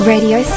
Radio